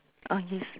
ah yes